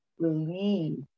believe